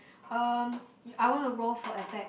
um I want to roll for attack